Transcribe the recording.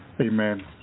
Amen